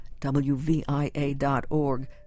WVIA.org